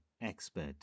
expert